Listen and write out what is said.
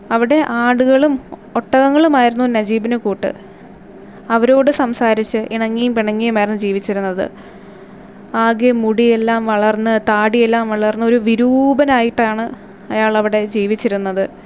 അവിടെ ആടുകളും ഒട്ടകങ്ങളുമായിരുന്നു നജീബിന് കൂട്ട് അവരോട് സംസാരിച്ച് ഇണങ്ങിയും പിണങ്ങിയും ആയിരുന്നു ജീവിച്ചിരുന്നത് ആകെ മുടിയെല്ലാം വളർന്ന് താടിയെല്ലാം വളർന്ന് ഒരു വിരൂപനായിട്ടാണ് അയാളവിടെ ജീവിച്ചിരുന്നത്